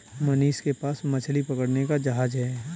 मनीष के पास मछली पकड़ने का जहाज है